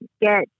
get